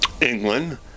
England